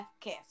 kiss